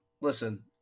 listen